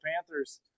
panthers